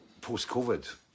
post-COVID